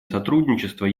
сотрудничество